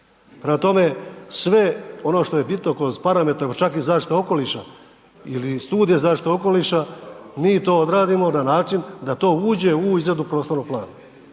Prema tome, sve ono što je bitno kroz parametar pa čak i zaštita okoliša ili studija zaštite okoliša, mi to odradimo na način da to uđe u izradu prostornog plana.